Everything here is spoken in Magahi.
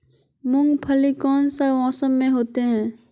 मूंगफली कौन सा मौसम में होते हैं?